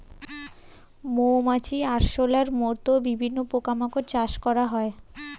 মৌমাছি, আরশোলার মত বিভিন্ন পোকা মাকড় চাষ করা হয়